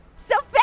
so but